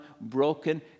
broken